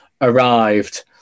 arrived